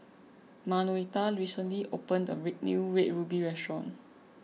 Manuelita recently opened a new Red Ruby Restaurant